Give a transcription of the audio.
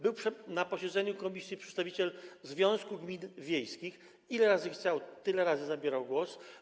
Był na posiedzeniu komisji przedstawiciel Związku Gmin Wiejskich RP - ile razy chciał, tyle razy zabierał głos.